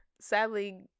sadly